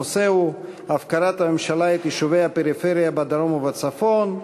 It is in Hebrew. הנושא הוא: הפקרת הממשלה את יישובי הפריפריה בדרום ובצפון.